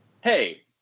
hey